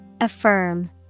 Affirm